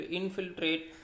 infiltrate